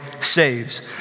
saves